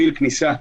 לא הבנתי.